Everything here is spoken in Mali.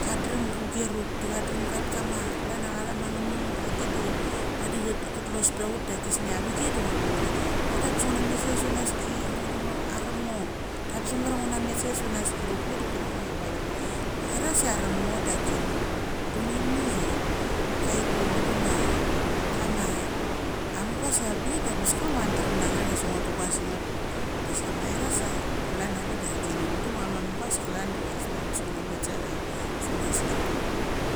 chia cha derem chuger ut. Da cha drem chatet kama klan ia angemeng ura agit de vadi. Che telose petha utda chisnia avichi da ngua meithamon chia ngo da ngebes nguna met save chia sunaski, ngo. Da arem ngo da angebes mamar chia ngu na met save chia sunaski de chule dok kule ngo vevat. Maires chia arem ngo dak kini pengini itha choiku mundu ma kama amugas avangbike da angebes klan chia ngoa derem na nggat ai asik ngua tugas sengat desha maires ia klan na vik da kini mundu ma. Chama mugas klan diva schisnia angebes ngo na. Met save chia sunaski.